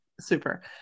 Super